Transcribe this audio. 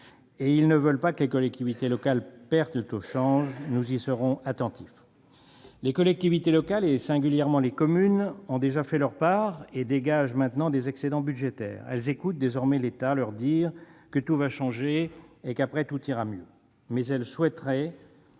et ils ne veulent pas que les collectivités locales perdent au change. Nous y serons attentifs. Les collectivités locales, et singulièrement les communes, ont déjà fait leur part et dégagent maintenant des excédents budgétaires. Elles écoutent désormais l'État leur dire que tout va changer et qu'après tout ira mieux. Mais elles souhaiteraient